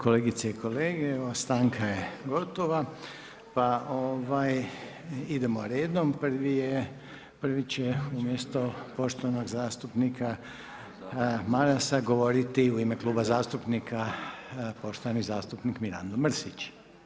Kolegice i kolege, stanka je gotova pa idemo redom, prvi će umjesto poštovanog zastupnika Marasa govoriti u ime kluba zastupnika poštovani zastupnik Mirando Mrsić.